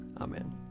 Amen